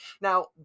Now